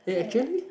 eh actually